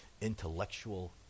intellectual